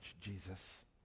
Jesus